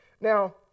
Now